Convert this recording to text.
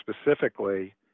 specifically